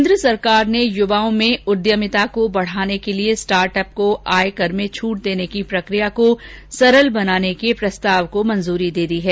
केन्द्र सरकार ने युवाओं में उद्यमिता को बढावा देने के लिए स्टार्टअप को आयकर में छूट देने की प्रकिया को सरल बनाने के प्रस्ताव को मंजूरी दे दी है